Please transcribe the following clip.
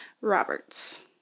Roberts